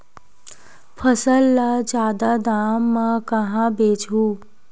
फसल ल जादा दाम म कहां बेचहु?